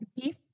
Beef